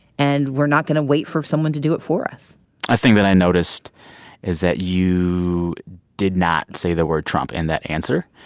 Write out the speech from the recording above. and we're not going to wait for someone to do it for us a thing that i noticed is that you did not say the word trump in that answer.